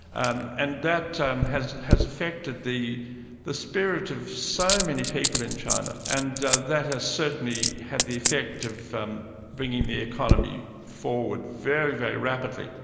and and that has has affected the the spirit of so many people in china, and that has certainly had the effect of um bringing the economy forward very, very rapidly.